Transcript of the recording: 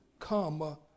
come